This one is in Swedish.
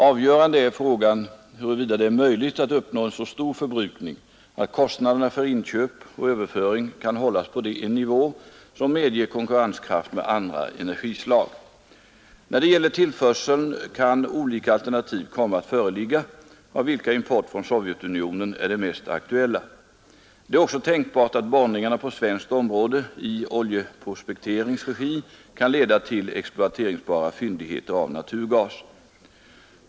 Avgörande är frågan huruvida det är möjligt att uppnå en så stor förbrukning, att kostnaderna för inköp och överföring kan hållas på en nivå, som medger konkurrenskraft med andra energislag. När det gäller tillförseln kan olika alternativ komma att föreligga, av vilka import från Sovjetunionen är det mest aktuella. Det är också tänkbart att borrningarna på svenskt område i Oljeprospekterings regi kan leda till exploateringsbara fyndigheter av naturgas.